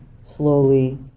slowly